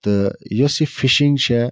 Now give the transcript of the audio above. تہٕ یۄس یہِ فِشِنٛگ چھِ